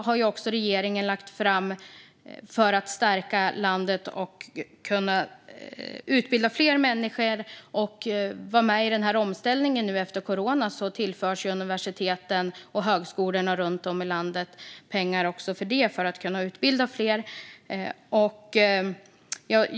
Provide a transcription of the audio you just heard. För att stärka landet och för att fler människor ska kunna utbildas och vara med i omställningen nu efter corona tillför regeringen också pengar till universiteten och högskolorna runt om i landet.